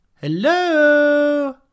Hello